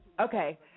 Okay